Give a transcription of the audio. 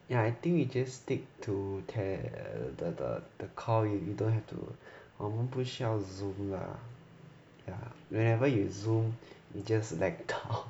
ya I think we just stick to tear the the the call you you don't have to 我们不需要 Zoom lah ya whenever you Zoom you just like